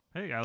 Hey